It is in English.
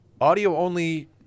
audio-only